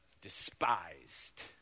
despised